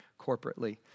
corporately